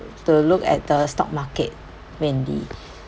to look at the stock market mainly